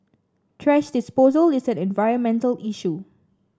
thrash disposal is an environmental issue